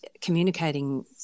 communicating